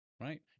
right